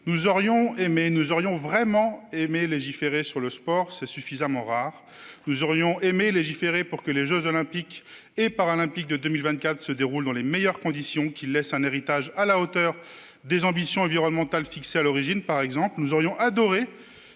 collègues, nous aurions vraiment aimé légiférer sur le sport- c'est suffisamment rare ! Nous aurions aimé légiférer pour que les jeux Olympiques et Paralympiques de 2024 se déroulent dans les meilleures conditions et qu'ils laissent un héritage à la hauteur des ambitions environnementales fixées à l'origine. Nous aurions adoré